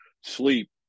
sleep